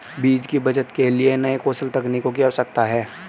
बीज की बचत के लिए नए कौशल तकनीकों की आवश्यकता है